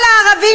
כל הערבים,